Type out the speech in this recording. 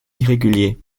irréguliers